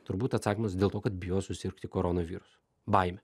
turbūt atsakymas dėl to kad bijo susirgti koronavirusu baimė